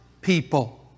people